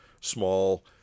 small